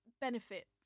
benefit